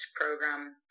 program